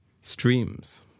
streams